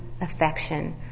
affection